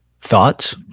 Thoughts